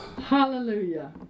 Hallelujah